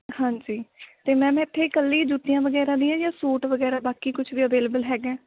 ਹਾਂਜੀ ਅਤੇ ਮੈਮ ਇੱਥੇ ਇਕੱਲੀ ਜੁੱਤੀਆਂ ਵਗੈਰਾ ਦੀਆਂ ਜਾਂ ਸੂਟ ਵਗੈਰਾ ਬਾਕੀ ਕੁਛ ਵੀ ਅਵੇਲੇਬਲ ਹੈਗਾ